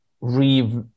re